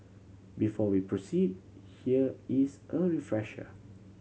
before we proceed here is a refresher